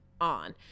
on